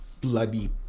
bloody